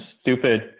stupid